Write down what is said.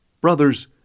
Brothers